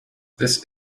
this